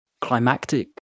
climactic